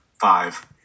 five